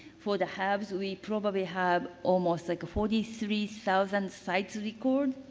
for the hubs, we probably have almost like a forty three thousand sites record.